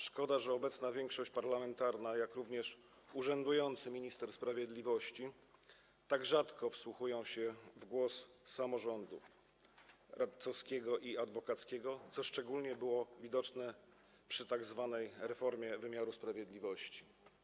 Szkoda, że obecna większość parlamentarna, jak również urzędujący minister sprawiedliwości tak rzadko wsłuchują się w głos samorządów radcowskiego i adwokackiego, co szczególnie było widoczne przy tzw. reformie wymiaru sprawiedliwości.